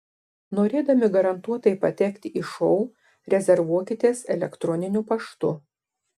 norėdami garantuotai patekti į šou rezervuokitės elektroniniu paštu